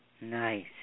Nice